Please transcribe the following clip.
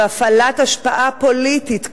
והפעלת השפעה פוליטית,